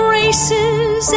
races